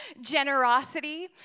generosity